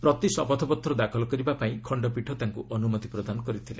ପ୍ରତି ଶପଥପତ୍ର ଦାଖଲ କରିବାପାଇଁ ଖଣ୍ଡପୀଠ ତାଙ୍କୁ ଅନୁମତି ପ୍ରଦାନ କରିଥିଲେ